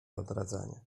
odradzania